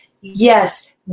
yes